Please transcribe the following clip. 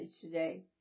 today